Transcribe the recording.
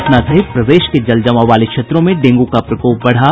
पटना सहित प्रदेश के जलजमाव वाले क्षेत्रों में डेंगू का प्रकोप बढ़ा